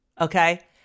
Okay